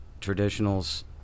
traditionals